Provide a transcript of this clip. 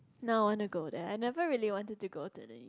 now I wanna go there I never really wanted to go to the U